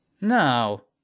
No